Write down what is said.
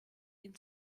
ihn